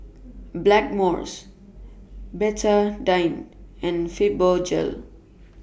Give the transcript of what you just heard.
Blackmores Betadine and Fibogel